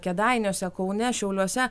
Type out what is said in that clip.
kėdainiuose kaune šiauliuose